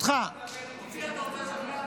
את מי אתה רוצה לשכנע?